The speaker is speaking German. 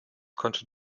konnte